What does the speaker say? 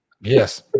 Yes